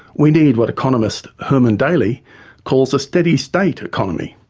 we need what economist herman daly calls a steady state economy,